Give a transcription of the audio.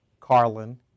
carlin